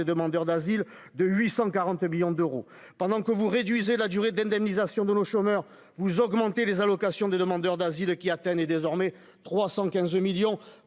demandeurs d'asiles de 840 millions d'euros pendant que vous réduisez la durée d'indemnisation de nos chômeurs vous augmentez les allocations des demandeurs d'asile qui Athènes est désormais 315 millions